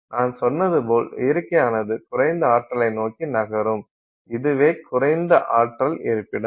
நான் சொன்னது போல் இயற்கையானது குறைந்த ஆற்றலை நோக்கி நகரும் இதுவே குறைந்த ஆற்றல் இருப்பிடம்